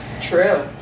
true